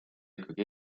ikkagi